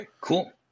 cool